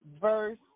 verse